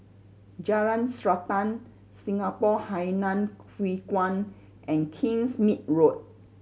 Jalan Srantan Singapore Hainan Hwee Kuan and Kingsmead Road